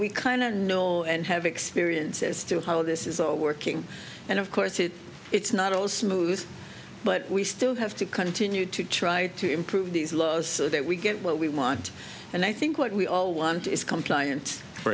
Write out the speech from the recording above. we kind of know and have experience as to how this is all working and of course that it's not all smooth but we still have to continue to try to improve these laws so that we get what we want and i think what we all want is compliant for